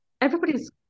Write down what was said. everybody's